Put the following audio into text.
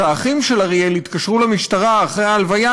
כשהאחים של אריאל התקשרו למשטרה אחרי הלוויה,